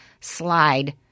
slide